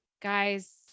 Guys